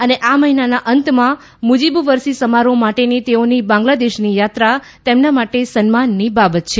અને આ મહિનાના અંતમાં મુજીબ વરસી સમારોહ માટેની તેઓની બાંગ્લાદેશની યાત્રા તેમના માટે સન્માનની બાબત છે